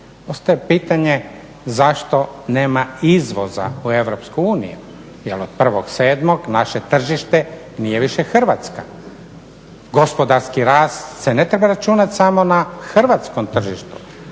Ostaje pitanje zašto nema izvoza u Europsku uniju jer od 1.7. naše tržište nije više Hrvatska, gospodarski rast se ne treba računati samo na hrvatskom tržištu